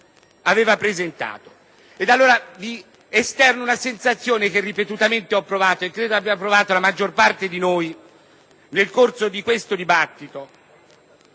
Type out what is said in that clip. colleghi, vi esterno una sensazione che ripetutamente ho provato e che credo abbia provato la maggior parte di noi nel corso di questo dibattito